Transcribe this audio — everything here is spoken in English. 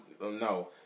no